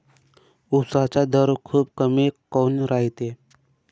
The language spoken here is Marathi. उसाचा दर खूप कमी काऊन रायते?